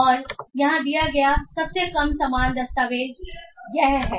और यहाँ दिया गया सबसे कम समान दस्तावेज यह है